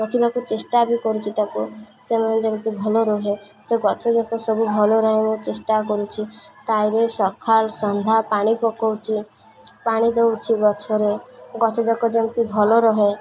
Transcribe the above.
ରଖିବାକୁ ଚେଷ୍ଟା ବି କରୁଛି ତାକୁ ସେମାନେ ଯେମିତି ଭଲ ରହେ ସେ ଗଛଯାକ ସବୁ ଭଲ ରହେ ମୁଁ ଚେଷ୍ଟା କରୁଛି ତାଇଁରେ ସକାଳ ସନ୍ଧ୍ୟା ପାଣି ପକଉଛି ପାଣି ଦଉଛି ଗଛରେ ଗଛଯାକ ଯେମିତି ଭଲ ରହେ